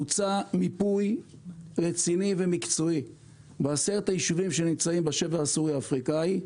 בוצע מיפוי רציני ומקצועי ב-10 היישובים שנמצאים בשבר הסורי-אפריקני.